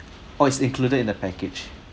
oh is included in the package